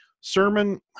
sermon